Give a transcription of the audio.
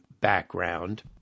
background